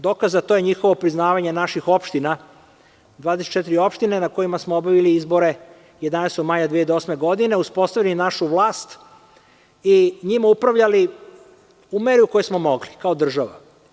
Dokaz za to je njihovo priznavanje naših opština, 24 opštine na kojima smo obavili izbore 11. maja 2008. godine, uspostavili našu vlast i njima upravljali u meri u kojoj smo mogli, kao država.